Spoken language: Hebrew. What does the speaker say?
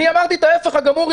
אני אמרתי את ההפך הגמור,